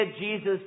Jesus